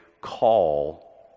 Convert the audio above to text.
call